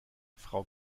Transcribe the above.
frau